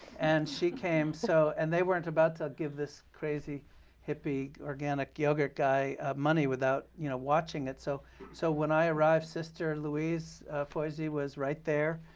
and she came. so and they weren't about to give this crazy hippie organic yogurt guy money without you know watching it. so so when i arrived, sister louise foisy was right there